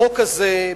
החוק הזה,